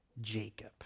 Jacob